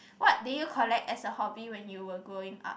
what did you collect as a hobby when you were growing up